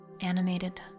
animated